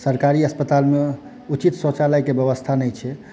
सरकारी अस्पतालमे उचित शौचालयके व्यवस्था नहि छै